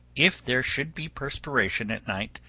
if there should be perspiration at night,